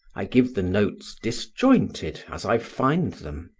i give the notes disjointed as i find them,